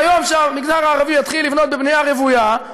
ביום שהמגזר הערבי יתחיל לבנות בנייה רוויה,